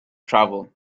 travel